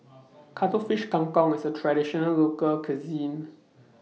Cuttlefish Kang Kong IS A Traditional Local Cuisine